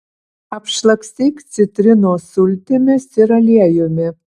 apšlakstyk citrinos sultimis ir aliejumi